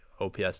ops